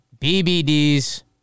BBD's